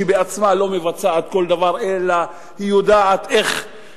שבעצמה לא מבצעת כל דבר אלא היא יודעת איך